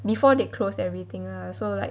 before they closed everything lah so like